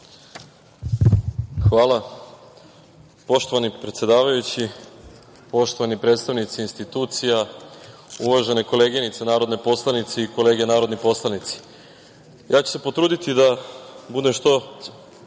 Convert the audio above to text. Hvala. Poštovani predsedavajući, poštovani predstavnici institucija, uvažene koleginice narodne poslanice i kolege narodni poslanici, ja ću se potruditi da budem što